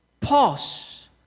pause